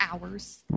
hours